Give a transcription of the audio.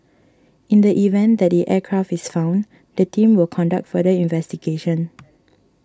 in the event that the aircraft is found the team will conduct further investigation